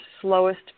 slowest